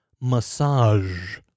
massage